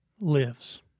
lives